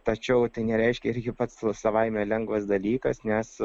tačiau tai nereiškia irgi pats savaime lengvas dalykas nes